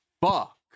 Fuck